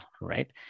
Right